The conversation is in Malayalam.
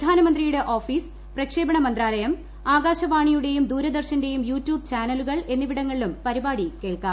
പ്രധാനമന്ത്രിയുടെ ഓഫീസ് പ്രക്ഷേപണ മന്ത്രാലയം ആകാശവാണിയുടെയും ദൂരദർശന്റെയും യു ടൂബ് ചാനലുകൾ എന്നിവിടങ്ങളിലും പരിപാടി കേൾക്കാം